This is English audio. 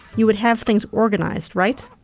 you would have things organised right.